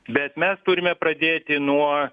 bet mes turime pradėti nuo